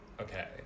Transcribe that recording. okay